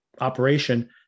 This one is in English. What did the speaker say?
operation